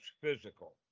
physical